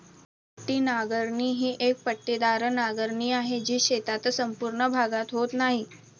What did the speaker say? पट्टी नांगरणी ही एक पट्टेदार नांगरणी आहे, जी शेताचा संपूर्ण भागात होत नाही